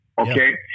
Okay